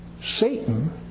Satan